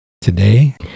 today